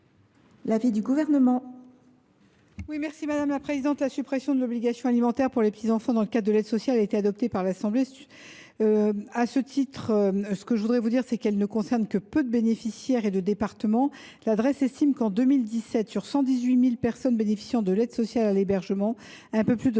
l’avis du Gouvernement